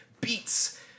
beats